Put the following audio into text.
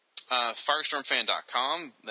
Firestormfan.com